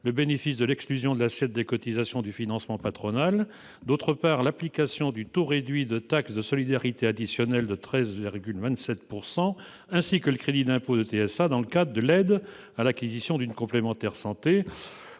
le bénéfice de l'exclusion de l'assiette des cotisations du financement patronal, et, d'autre part, l'application du taux réduit de taxe de solidarité additionnelle, la TSA, fixé à 13,27 %, ainsi que le crédit d'impôt de TSA dans le cadre de l'aide à l'acquisition d'une complémentaire santé.